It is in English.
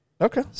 Okay